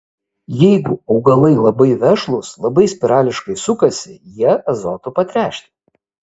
jeigu augalai labai vešlūs lapai spirališkai sukasi jie azotu patręšti